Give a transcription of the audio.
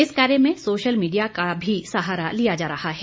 इस कार्य में सोशल मीडिया का भी सहारा लिया जा रहा है